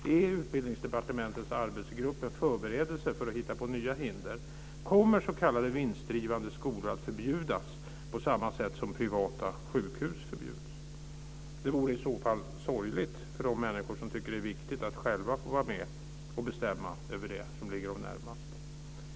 Är Utbildningsdepartementets arbetsgrupp en förberedelse för att hitta på nya hinder? Kommer s.k. vinstdrivande skolor att förbjudas på samma sätt som privata sjukhus förbjuds? Det vore i så fall sorgligt för de människor som tycker att det är viktigt att själva få vara med och bestämma över det som ligger dem närmast.